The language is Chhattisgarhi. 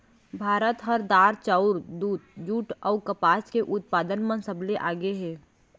भारत ह दार, चाउर, दूद, जूट अऊ कपास के उत्पादन म सबले आगे हे